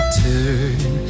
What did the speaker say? turn